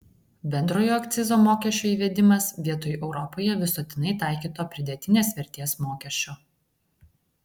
bendrojo akcizo mokesčio įvedimas vietoj europoje visuotinai taikyto pridėtinės vertės mokesčio